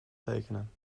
tekenen